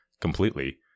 completely